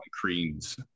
creams